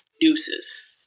Deuces